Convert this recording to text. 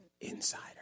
Insider